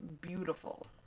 beautiful